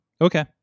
Okay